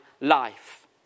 life